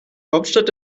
hauptstadt